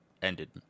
ended